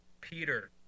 Peter